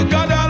God